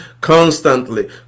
constantly